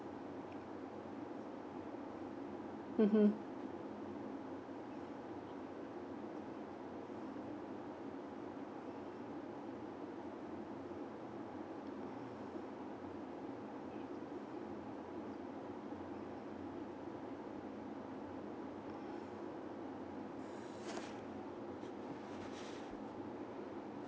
mmhmm